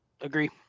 agree